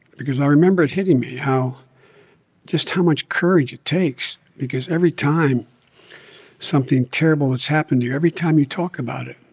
because i remember it hitting me, how just how much courage it takes because every time something terrible that's happened to you, every time you talk about it,